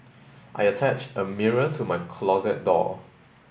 I attached a mirror to my closet door